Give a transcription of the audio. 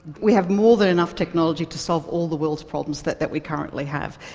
we have more than enough technology to solve all the world's problems that that we currently have.